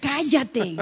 Cállate